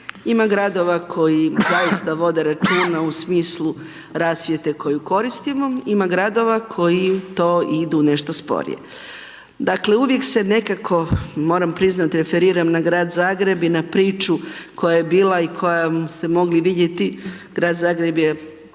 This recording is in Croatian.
Ima gradova koji zaista vode računa u smislu rasvjete koju koristimo, ima gradova koji to idu nešto sporije. Dakle, uvijek se nekako, moram priznat, referiram na Grad Zagreb i na priču koja je bila i koju ste mogli vidjeti, Grad Zagreb je